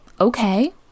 Okay